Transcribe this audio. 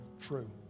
True